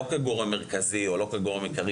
לא כגורם מרכזי או כעיקרי,